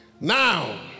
Now